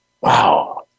wow